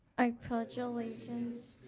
i pledge allegiance